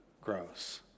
grows